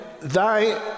thy